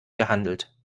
gehandelt